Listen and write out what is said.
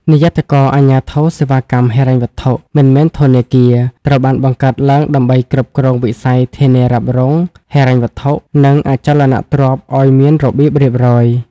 និយ័តករអាជ្ញាធរសេវាកម្មហិរញ្ញវត្ថុមិនមែនធនាគារ ត្រូវបានបង្កើតឡើងដើម្បីគ្រប់គ្រងវិស័យធានារ៉ាប់រង ហិរញ្ញវត្ថុ និងអចលនទ្រព្យឱ្យមានរបៀបរៀបរយ។